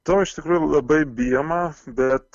to iš tikrųjų labai bijoma bet